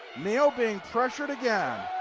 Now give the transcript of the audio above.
meehl being pressured again